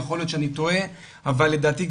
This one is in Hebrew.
יכול להיות שאני טועה אבל לדעתי,